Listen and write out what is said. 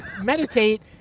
meditate